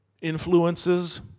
influences